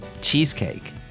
cheesecake